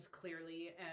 clearly